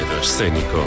escénico